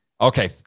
okay